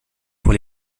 pour